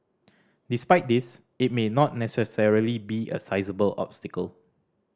despite this it may not necessarily be a sizeable obstacle